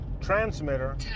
transmitter